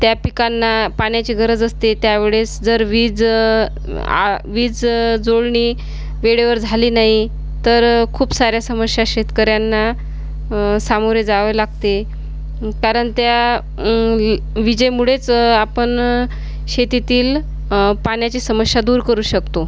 त्या पिकांना पाण्याची गरज असते त्यावेळेस जर वीज म आ वीज जुळणी वेळेवर झाली नाही तर खूप साऱ्या समस्या शेतकऱ्यांना सामोरे जावे लागते म कारण त्या विजेमुळेच आपण शेतीतील पाण्याची समस्या दूर करू शकतो